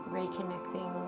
reconnecting